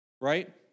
right